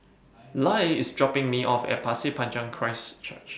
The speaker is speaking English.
Lyle IS dropping Me off At Pasir Panjang Christ Church